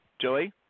Julie